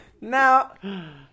Now